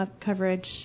coverage